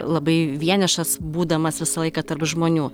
labai vienišas būdamas visą laiką tarp žmonių